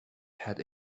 had